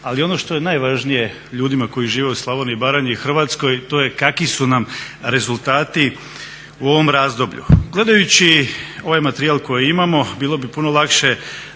Ali ono što je najvažnije ljudima koji žive u Slavoniji i Baranji i Hrvatskoj to je kakvi su nam rezultati u ovom razdoblju. Gledajući ovaj materijal koji imamo, bilo bi puno lakše